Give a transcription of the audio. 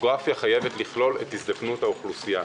הדמוגרפיה חייבת לכלול את הזדקנות האוכלוסייה.